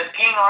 king